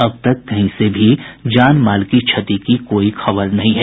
अब तक कहीं से भी जान माल की क्षति की कोई खबर नहीं है